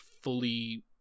fully